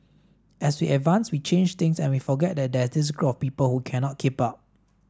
as we advance we change things and we forget that there's this group of people who cannot keep up